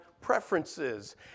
preferences